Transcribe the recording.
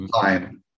time